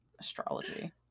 astrology